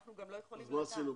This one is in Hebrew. אז מה עשינו בזה?